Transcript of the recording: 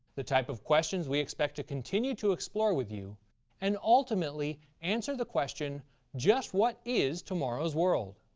the type of questions we expect to continue to explore with you and ultimately answer the question just what is tomorrow's world?